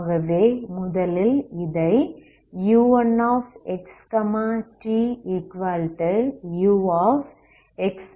ஆகவே முதலில் இதை u1xtux yt என்று சொல்லலாம்